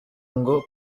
ngo